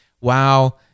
wow